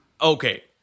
Okay